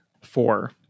Four